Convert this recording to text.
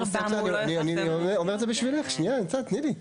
בסדר, אני אומר את זה בשבילך, שנייה ניצן, תני לי.